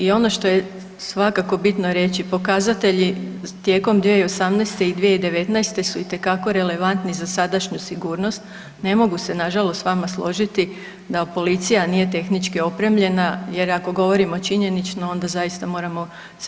I ono što je svakako bitno reći pokazatelji tijekom 2018. i 2019. su itekako relevantni za sadašnju sigurnost ne mogu se nažalost s vama složiti da policija nije tehnički opremljena jer ako govorimo činjenično onda zaista se moramo držati činjenica.